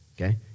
okay